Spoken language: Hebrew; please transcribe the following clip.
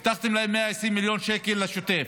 הבטחתם להם 120 מיליון שקל לשוטף.